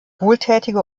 wohltätige